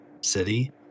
city